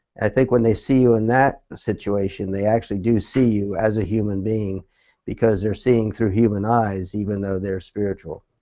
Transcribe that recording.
i think when they see you in that situation they actually do see you as a human being because they are seeing through human eyes even though they are spiritual.